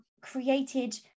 created